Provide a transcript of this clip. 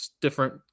different